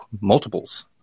multiples